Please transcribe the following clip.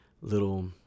little